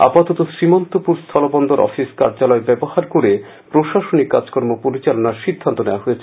আপাতত শ্রীমন্তপুর স্হলবন্দর অফিস কার্যালয় ব্যবহার করে প্রাথমিক কাজকর্ম পরিচালনার সিদ্ধান্ত নেওয়া হয়েছে